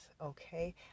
okay